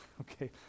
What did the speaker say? Okay